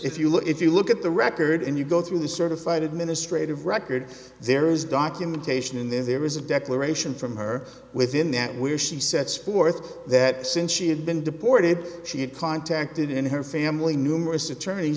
look if you look at the record and you go through the certified administrative record there is documentation in there there is a declaration from her within that where she said spores that since she had been deported she had contacted in her family numerous attorney